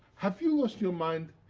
have you lost your mind?